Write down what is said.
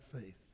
faith